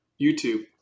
YouTube